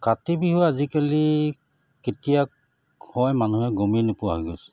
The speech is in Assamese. কাতি বিহু আজিকালি কেতিয়া হয় মানুহে গমেই নোপোৱা হৈ গৈছে